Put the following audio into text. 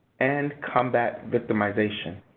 and combat victimization.